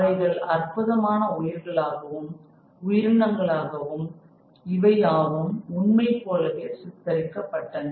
அவைகள் அற்புதமான உயிர்களாகவும் உயிரினங்கள் ஆகவும் இவையாவும் உண்மை போலவே சித்தரிக்கப் பட்டன